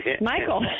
Michael